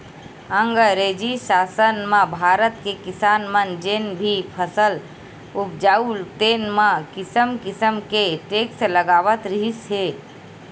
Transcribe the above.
अंगरेजी सासन म भारत के किसान मन जेन भी फसल उपजावय तेन म किसम किसम के टेक्स लगावत रिहिस हे